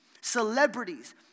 celebrities